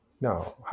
No